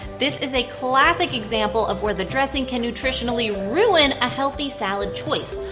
this is a classic example of where the dressing can nutritionally ruin a healthy salad choice.